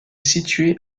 situé